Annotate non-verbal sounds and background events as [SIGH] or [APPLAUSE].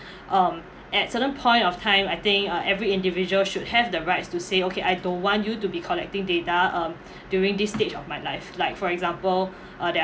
[BREATH] um at certain point of time I think uh every individual should have the rights to say okay I don't want you to be collecting data um [BREATH] during this stage of my life like for example [BREATH] there are